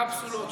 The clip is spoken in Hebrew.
קפסולות,